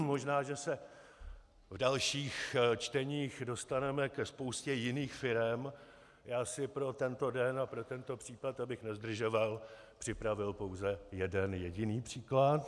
Možná, že se v dalších čteních dostaneme ke spoustě jiných firem, já si pro tento den a pro tento případ, abych nezdržoval, připravil pouze jeden jediný příklad.